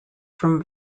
from